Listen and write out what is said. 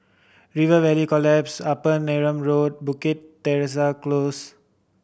Rivervale Close Upper Neram Road Bukit Teresa Close